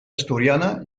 asturiana